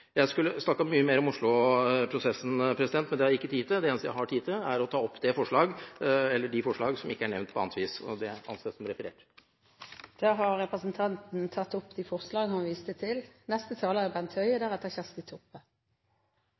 Jeg skulle snakket mye mer om Oslo og prosessen. Men det er det ikke tid til. Det eneste jeg har tid til, er å ta opp de forslag som Fremskrittspartiet har alene eller er sammen med andre om. Representanten Per Arne Olsen har tatt opp de forslagene han refererte til.